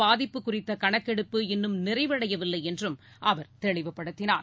பாதிப்பு குறித்தகணக்கெடுப்பு இன்னும் நிறைவடையவில்லைஎன்றும் புயல் அவர் தெளிவுபடுத்தினார்